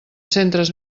centres